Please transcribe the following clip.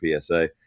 psa